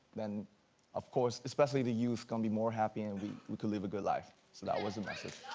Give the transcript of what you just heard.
then of course especially the youth gonna be more happy and we we could live a good life. so that was the message.